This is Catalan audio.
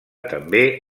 també